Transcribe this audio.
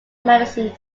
madison